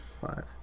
Five